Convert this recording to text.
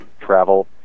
travel